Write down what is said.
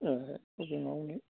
ए बेंकआवनो